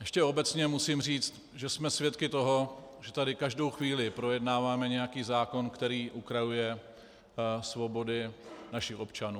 Ještě obecně musím říct, že jsme svědky toho, že tady každou chvíli projednáváme nějaký zákon, který ukrajuje svobodu našich občanů.